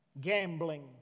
Gambling